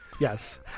Yes